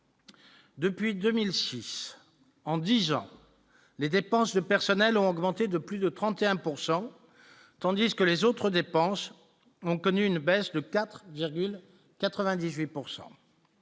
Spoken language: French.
Depuis 2006 en 10 ans, les dépenses de personnel ont augmenté de plus de 31 pourcent, tandis que les autres dépenses ont connu une baisse de 4,98